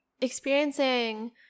experiencing